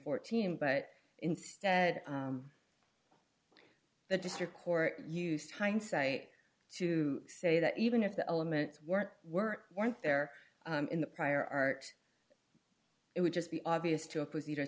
fourteen but instead the district court used hindsight to say that even if the elements weren't were weren't there in the prior art it would just be obvious to a proce